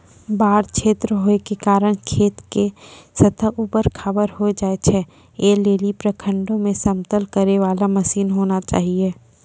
बाढ़ क्षेत्र होय के कारण खेत के सतह ऊबड़ खाबड़ होय जाए छैय, ऐ लेली प्रखंडों मे समतल करे वाला मसीन होना चाहिए?